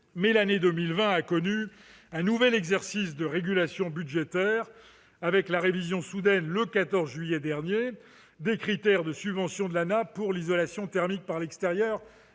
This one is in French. que l'année 2020 a connu un nouvel exercice de régulation budgétaire avec la révision soudaine, le 14 juillet dernier, des critères de subvention de l'Agence nationale de l'habitat (ANAH) pour l'isolation thermique par l'extérieur.